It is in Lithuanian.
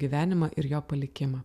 gyvenimą ir jo palikimą